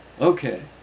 Okay